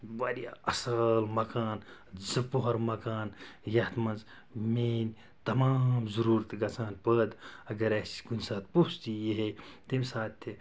واریاہ اصٕل مَکان زٕ پوٚہَر مَکان یَتھ منٛز میٛٲنۍ تَمام ضُروٗرت گَژھہِ ہان پٲدٕ اَگَر اسہِ کُنہِ ساتہٕ پوٚژھ تہِ یی ہے تَمہِ ساتہٕ تہِ